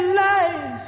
light